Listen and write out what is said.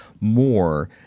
more